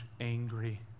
angry